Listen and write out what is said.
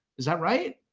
is that right?